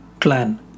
clan